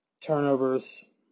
turnovers